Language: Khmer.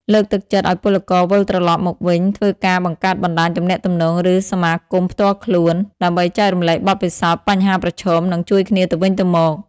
លើកទឹកចិត្តឱ្យពលករវិលត្រឡប់មកវិញធ្វើការបង្កើតបណ្តាញទំនាក់ទំនង ឬសមាគមផ្ទាល់ខ្លួន ដើម្បីចែករំលែកបទពិសោធន៍ បញ្ហាប្រឈម និងជួយគ្នាទៅវិញទៅមក។